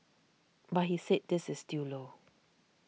but he said this is still low